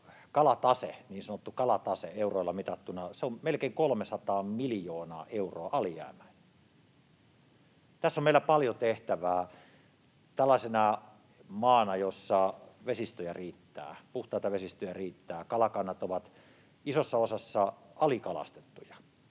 kalatase euroilla mitattuna on melkein 300 miljoonaa euroa alijäämäinen. Tässä on meillä paljon tehtävää. Tällaisessa maassa, jossa puhtaita vesistöjä riittää, kalakannat ovat isossa osassa alikalastettuja,